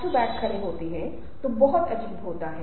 चेहरे की अभिव्यक्ति एक भावना नहीं है